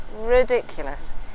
ridiculous